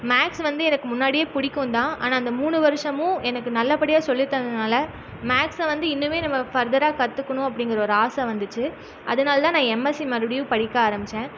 maths வந்து எனக்கு முன்னாடியே பிடிக்கும் தான் ஆனால் அந்த மூணு வருஷமும் எனக்கு நல்ல படியாக சொல்லி தந்ததுனால் மேக்ஸ்ச வந்து இன்னுமே நம்ம ஃபர்தராக கற்றுக்கணும் அப்படிங்குற ஒரு ஆசை வந்துச்சு அதனாலதான் நான் எம்எஸ்சி மறுபடியும் படிக்க ஆரம்பிச்சேன்